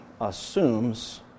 assumes